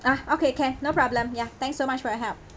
ah okay can no problem ya thank so much for your help